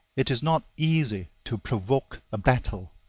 it is not easy to provoke a battle,